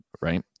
right